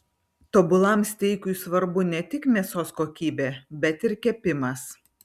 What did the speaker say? tobulam steikui svarbu ne tik mėsos kokybė bet ir kepimas